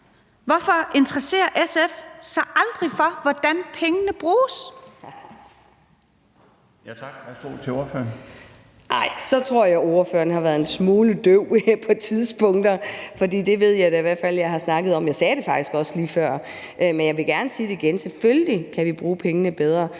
Hvorfor interesserer SF sig aldrig for, hvordan pengene bruges?